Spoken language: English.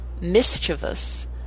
mischievous